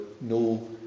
no